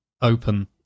open